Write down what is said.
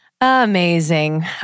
Amazing